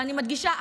ואני מדגישה,